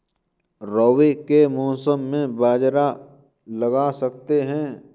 रवि के मौसम में बाजरा लगा सकते हैं?